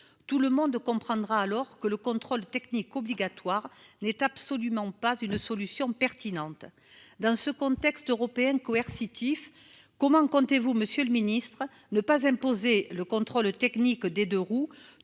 Tout le monde comprendra alors que le contrôle technique obligatoire n'est absolument pas une solution pertinente. Dans ce contexte européenne coercitif. Comment comptez-vous Monsieur le Ministre ne pas imposer le contrôle technique des deux-roues,